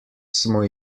smo